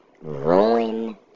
ruin